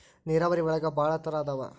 ನೇರಾವರಿ ಒಳಗ ಭಾಳ ತರಾ ಅದಾವ